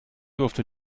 durfte